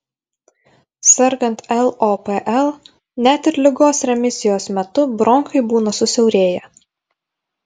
sergant lopl net ir ligos remisijos metu bronchai būna susiaurėję